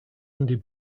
andy